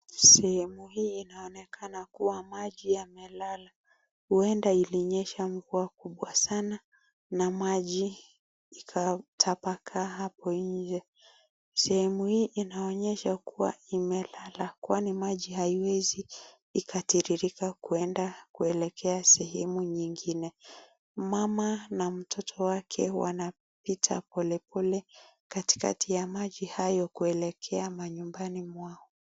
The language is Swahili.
Sehemu hii inaonekana kuwa maji yamelala huenda ilinyesha mvua kubwa sana na maji ikatapakaa hapo nje. Sehemu hii inaonyesha ya kuwa imelala kwani maji haiwezi ikatiririka kwenda kwelekea sehemu nyingine. Mama na mtoto wake wanapita pole pole katikati ya maji hayo kuelekea manyumbani mwao.